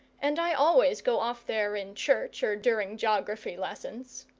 and i always go off there in church, or during joggraphy lessons.